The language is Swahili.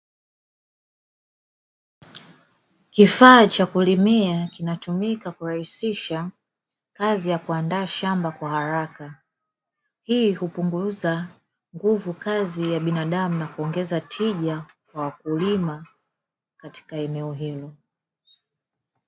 Kifaa cha kulimia kinatumika kurahisisha kazi ya kuandaa shamba kwa haraka, ili kupunguza nguvu kazi ya binadamu na kuongeza tija kwa wakulima katika eneo hilo.